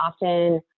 often